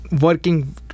working